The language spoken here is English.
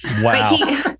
Wow